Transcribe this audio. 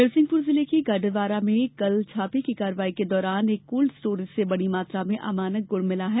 नरसिंहपुर जिले के गाडरवारा में कल छापे की कार्यवाही के दौरान एक कोल्ड स्टोरेज से बड़ी मात्रा में अमानक गुड़ मिला है